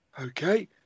Okay